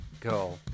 Go